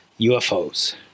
UFOs